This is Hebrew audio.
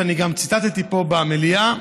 וגם ציטטתי פה במליאה,